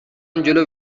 جلو